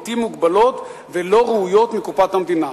בלתי מוגבלות ולא ראויות מקופת המדינה.